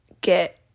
get